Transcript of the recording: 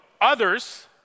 others